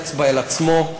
אצבע אל עצמו,